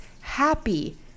happy